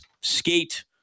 skate